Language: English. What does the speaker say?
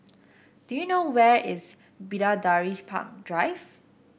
do you know where is Bidadari Park Drive